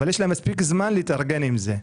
אבל יש להם מספיק זמן להתארגן עם זה.